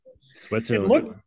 switzerland